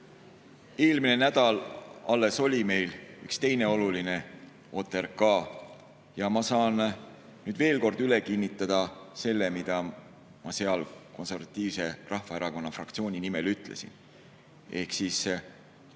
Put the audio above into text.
Eelmine nädal alles oli meil üks teine oluline OTRK ja ma saan nüüd veel kord üle kinnitada selle, mida ma seal Konservatiivse Rahvaerakonna fraktsiooni nimel ütlesin. Ehk siis: